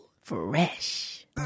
Fresh